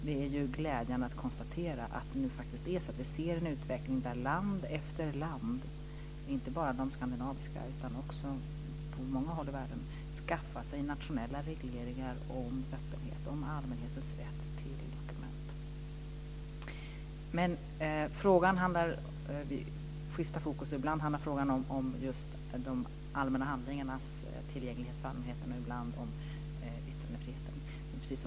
Det är glädjande att konstatera att vi nu ser hur land efter land, inte bara de skandinaviska länderna, skaffar sig nationella regleringar om öppenhet och allmänhetens rätt till dokument. Vi skiftar fokus här. Ibland handlar frågan om de allmänna handlingarnas tillgänglighet för allmänheten och ibland om yttrandefriheten.